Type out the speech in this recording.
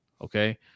Okay